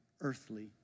earthly